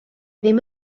ddim